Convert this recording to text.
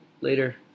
later